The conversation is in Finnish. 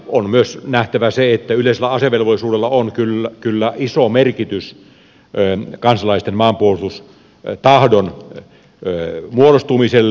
on myös nähtävä se että yleisellä asevelvollisuudella on kyllä iso merkitys kansalaisten maanpuolustustahdon muodostumiselle